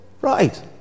right